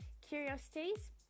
curiosities